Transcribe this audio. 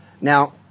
Now